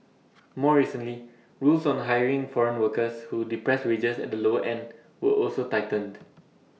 more recently rules on hiring foreign workers who depress wages at the lower end were also tightened